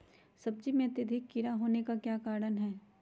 सब्जी में अत्यधिक कीड़ा होने का क्या कारण हैं?